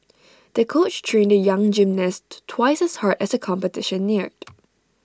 the coach trained the young gymnast twice as hard as the competition neared